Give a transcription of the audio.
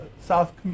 South